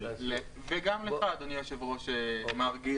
וגם לך, אדוני היושב-ראש מרגי.